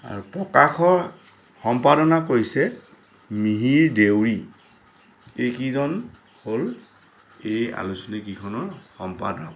আৰু প্ৰকাশৰ সম্পাদনা কৰিছে মিহিৰ দেউৰী এইকেইজন হ'ল এই আলোচনীকেইখনৰ সম্পাদক